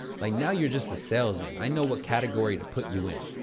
like now, you're just a salesman. i know what category to put you in.